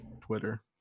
Twitter